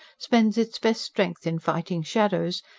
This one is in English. spends its best strength in fighting shadows,